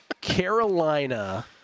Carolina